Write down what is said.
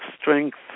strength